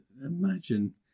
imagine